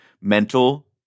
mental